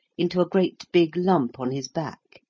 into a great big lump on his back.